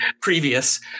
previous